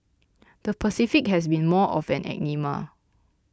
the Pacific has been more of an enigma